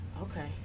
Okay